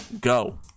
go